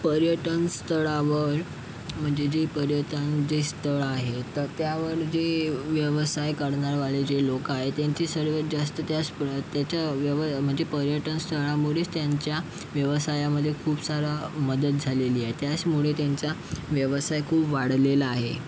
पर्यटन स्थळावर म्हणजे जे पर्यटन जे स्थळ आहे तर त्यावर जे व्यवसाय करणारवाले जे लोकं आहे त्यांचे सर्वात जास्त त्याच त्याच्या व्यव म्हणजे पर्यटन स्थळामुळेच त्यांच्या व्यवसायामध्ये खूप सारी मदत झालेली आहे त्याचमुळे त्यांचा व्यवसाय खूप वाढलेला आहे